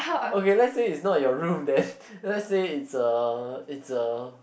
okay let's say it's not your room then let's say it's uh it's uh